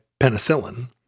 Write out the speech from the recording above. penicillin